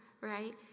right